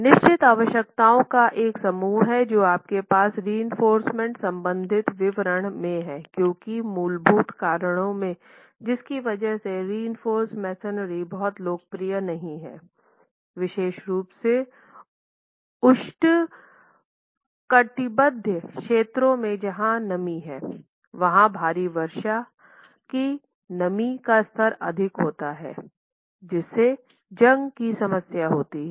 निश्चित आवश्यकताओं का एक समूह है जो आपके पास रिइंफोर्समेन्ट संबंधित विवरण में है क्योंकि मूलभूत कारणों में जिसकी वजह से रिइंफोर्स मेसनरी बहुत लोकप्रिय नहीं है विशेष रूप से उष्णकटिबंधीय क्षेत्रों में जहां नमी है वहाँ भारी बारिश से नमी का स्तर अधिक होता है जिससे जंग की समस्या होती है